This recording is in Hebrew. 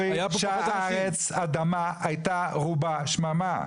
האדמה היתה רובה שממה.